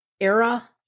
era